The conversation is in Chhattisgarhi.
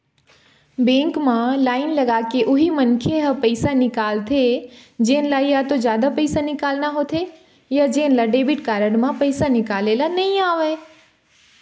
बेंक म लाईन लगाके उही मनखे ह पइसा निकालथे जेन ल या तो जादा पइसा निकालना होथे या जेन ल डेबिट कारड म पइसा निकाले ल नइ आवय